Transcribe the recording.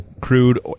crude